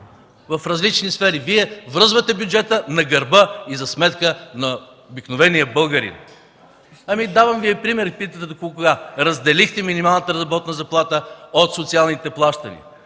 в различни сфери. Вие връзвате бюджета на гърба и за сметка на обикновения българин. Ами давам Ви пример. Питате докога. Разделихте минималната работна заплата от социалните плащания.